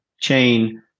chain